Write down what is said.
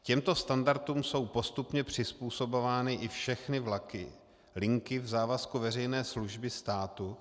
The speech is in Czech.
Těmto standardům jsou postupně přizpůsobovány i všechny vlaky linky v závazku veřejné služby státu.